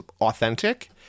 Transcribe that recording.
authentic